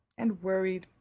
and worried.